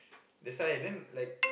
that's why then like